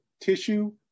tissue